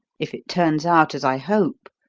if it turns out as i hope,